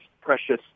precious